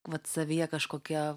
vat savyje kažkokie